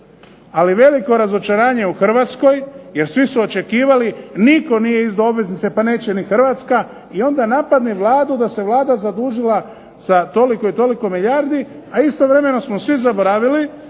Ali veliko razočaranje u Hrvatskoj jer svi su očekivali nitko nije izdao obveznice, pa neće ni Hrvatska i onda napadne Vladu da se Vlada zadužila sa toliko i toliko milijardi. A istovremeno smo svi zaboravili